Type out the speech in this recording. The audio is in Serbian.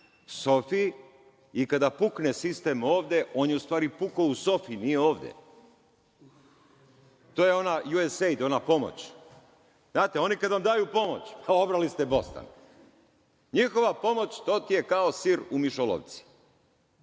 Sofiji i kada pukne sistem ovde, on je u stvari pukao u Sofiji, nije ovde. To je ona US SAID, ona pomoć. Oni kada vam daju pomoć obrali ste bostan. NJihova pomoć je kao sir u mišolovci